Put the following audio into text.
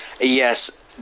Yes